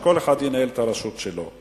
שכל אחד ינהל את הרשות שלו,